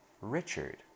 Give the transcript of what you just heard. Richard